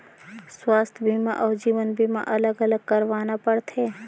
स्वास्थ बीमा अउ जीवन बीमा अलग अलग करवाना पड़थे?